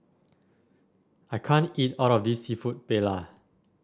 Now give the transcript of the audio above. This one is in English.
I can't eat all of this seafood Paella